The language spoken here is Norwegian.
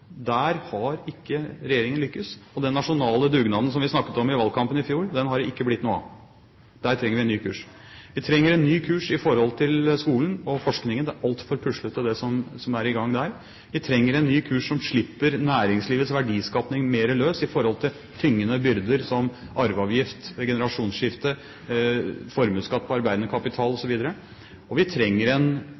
Der har ikke regjeringen lyktes, og den nasjonale dugnaden som vi snakket om i valgkampen i fjor, har det ikke blitt noe av. Der trenger vi en ny kurs. Vi trenger en ny kurs når det gjelder skole og forskning, det som er i gang der, er altfor puslete. Vi trenger en ny kurs som slipper næringslivets verdiskaping mer løs med hensyn til tyngende byrder som arveavgift ved generasjonsskifte, formuesskatt på arbeidende kapital, osv., og vi trenger